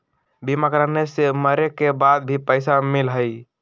बीमा कराने से मरे के बाद भी पईसा मिलहई?